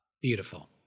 beautiful